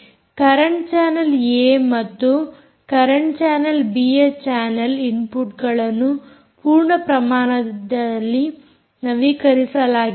current channel A ಮತ್ತು current channel B ಯ channel ಇನ್ಪುಟ್ಗಳನ್ನು ಪೂರ್ಣ ಪ್ರಮಾಣದಲ್ಲಿ ನವೀಕರಿಸಲಾಗಿದೆ